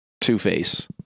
two-face